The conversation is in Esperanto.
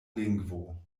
lingvo